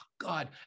God